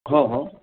हो हो